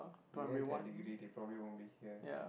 they have their degree they probably won't be here